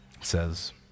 says